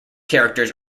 characters